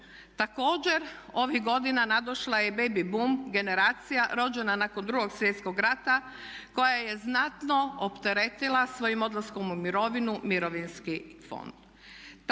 Također ovih godina nadošla je baby boom generacija rođena nakon Drugog svjetskog rata koja je znatno opteretila svojim odlaskom u mirovinu mirovinski fond.